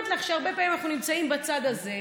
אני אומרת לך שהרבה פעמים אנחנו נמצאים בצד הזה,